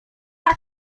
tak